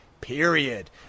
period